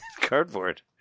Cardboard